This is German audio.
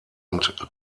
und